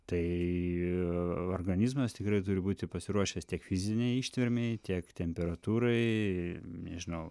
tai organizmas tikrai turi būti pasiruošęs tiek fizinei ištvermei tiek temperatūrai nežinau